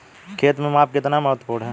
खेत में माप कितना महत्वपूर्ण है?